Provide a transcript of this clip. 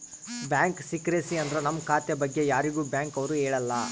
bank secrecy ಅಂದ್ರ ನಮ್ ಖಾತೆ ಬಗ್ಗೆ ಯಾರಿಗೂ ಬ್ಯಾಂಕ್ ಅವ್ರು ಹೇಳಲ್ಲ